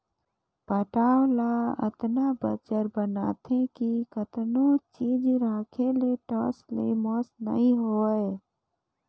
पटांव ल अतना बंजर बनाथे कि कतनो चीज राखे ले टस ले मस नइ होवय